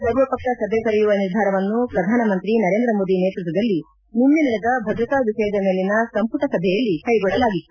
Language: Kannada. ಸರ್ವ ಪಕ್ಷ ಸಭೆ ಕರೆಯುವ ನಿರ್ಧಾರವನ್ನು ಪ್ರಧಾನಮಂತ್ರಿ ನರೇಂದ್ರ ಮೋದಿ ನೇತೃತ್ವದಲ್ಲಿ ನಿನ್ನೆ ನಡೆದ ಭದ್ರತಾ ವಿಷಯದ ಮೇಲಿನ ಸಂಪುಟ ಸಭೆಯಲ್ಲಿ ಕೈಗೊಳ್ಳಲಾಗಿತ್ತು